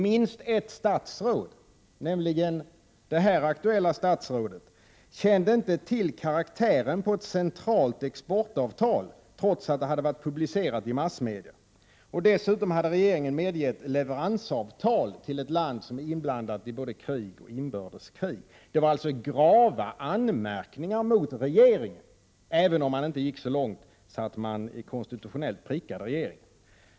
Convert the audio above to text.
Minst ett statsråd, nämligen det här i kammaren aktuella statsrådet, kände inte till karaktären på ett centralt exportavtal, trots att det hade varit publicerat i massmedia. Dessutom hade regeringen tillåtit leveransavtal till ett land som är inblandat i både krig och inbördeskrig. Det finns alltså grava anmärkningar mot regeringen, även om konstitutionsutskottet inte gick så långt att det i konstitutionell form prickade regeringen.